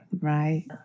Right